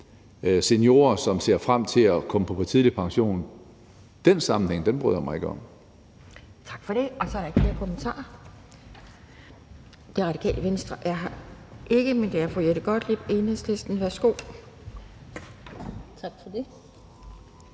seniorer, som ser frem til at gå tidligt på pension. Den sammenhæng bryder jeg mig ikke om.